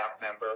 member